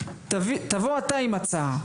תבוא אתה עם הצעה,